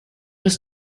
was